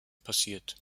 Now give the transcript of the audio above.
passiert